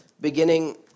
beginning